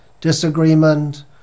disagreement